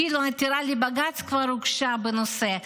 אפילו עתירה לבג"ץ כבר הוגשה בנושא,